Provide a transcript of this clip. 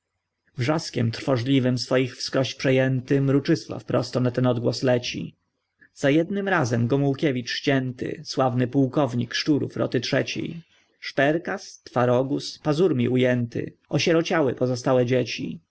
wrzaskiem trwożliwym swoich wskróś przejęty mruczysław prosto na ten odgłos leci za jednym razem gomułkiewicz ścięty sławny półkownik szczurów roty trzeciej szperkas twarogus pazurmi ujęty osierociały pozostałe dzieci